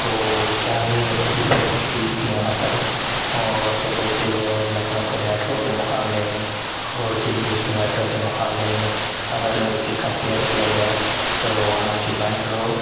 تو کیا ہی اچھی فیسلٹیز تھی وہاں پر اور جگہوں سے اور لکھنؤ کے میٹرو کے مقابلے میں اور دلّی کی میٹرو کے مقابلے میں اگر اس کی کمپیئر کیا جائے تو وہاں کی میٹرو